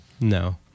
No